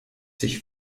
sich